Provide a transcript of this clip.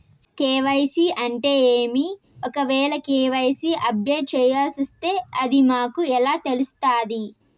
KYC అంటే ఏమి? ఒకవేల కె.వై.సి అప్డేట్ చేయాల్సొస్తే అది మాకు ఎలా తెలుస్తాది?